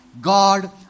God